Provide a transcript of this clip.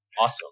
Awesome